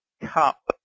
Cup